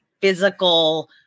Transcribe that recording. physical